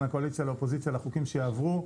הקואליציה לאופוזיציה לגבי החוקים שיעברו,